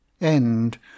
End